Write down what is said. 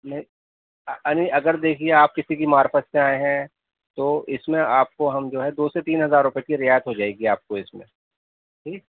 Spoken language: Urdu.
نہیں نہیں اگر دیکھیے آپ کسی کی معرفت سے آئے ہیں تو اس میں آپ کو ہم جو ہے دو سے تین ہزار روپے کی رعایت ہو جائے گی آپ کو اس میں ٹھیک